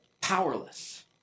powerless